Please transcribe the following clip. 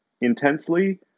intensely